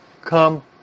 Come